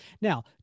Now